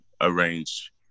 arrange